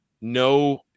no